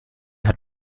hat